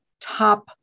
top